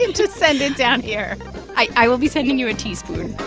can just send it down here i will be sending you a teaspoon